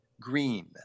green